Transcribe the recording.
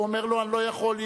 הוא אומר לו: אני לא יכול,